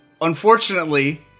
unfortunately